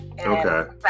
Okay